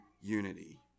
unity